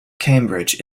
cambridge